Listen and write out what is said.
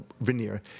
veneer